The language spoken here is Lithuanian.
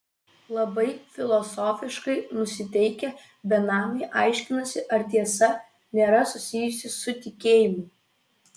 labai filosofiškai nusiteikę benamiai aiškinasi ar tiesa nėra susijusi su tikėjimu